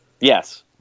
yes